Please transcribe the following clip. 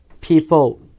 people